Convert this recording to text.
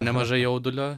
nemažai jaudulio